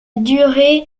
durée